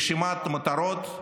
רשימת מטרות,